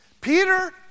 Peter